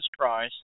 Christ